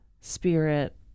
spirit